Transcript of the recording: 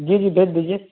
جی جی بھیج دیجیے